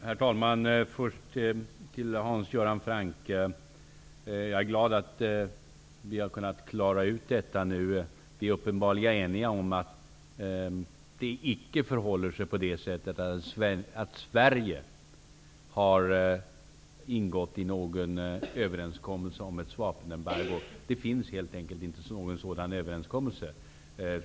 Herr talman! Låt mig först säga till Hans Göran Franck att jag är glad att vi har kunnat klara ut detta nu. Vi är uppenbarligen eniga om att det inte förhåller sig på det sättet att Sverige har ingått någon överenskommelse om något vapenembargo. Det finns helt enkelt inte någon sådan överenskommelse.